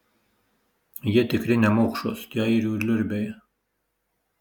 jie tikri nemokšos tie airių liurbiai